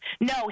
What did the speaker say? No